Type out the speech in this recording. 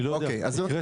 אני לא יודע אם הקראתם.